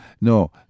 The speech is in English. no